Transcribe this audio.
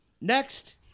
Next